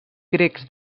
grecs